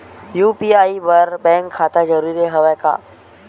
UPI बर bank खाता जरूरी हवय का?